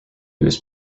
was